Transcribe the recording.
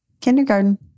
Kindergarten